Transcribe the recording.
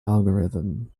algorithm